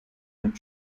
einem